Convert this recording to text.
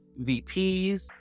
VPs